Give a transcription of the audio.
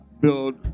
Build